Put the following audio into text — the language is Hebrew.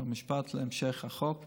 חוק ומשפט להמשך הכנת החוק,